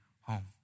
home